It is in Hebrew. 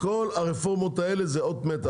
כל הרפורמות האלה זה אות מתה,